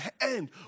end